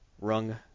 rung